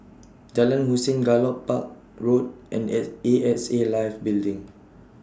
Jalan Hussein Gallop Park Road and X A X A Life Building